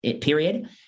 period